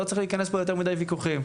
לא צריך להיכנס ליותר מידי ויכוחים,